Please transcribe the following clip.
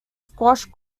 squash